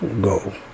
go